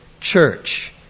church